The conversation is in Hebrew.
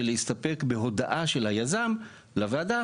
ויהיה אפשר להסתפק בהודעה של היזם לוועדה,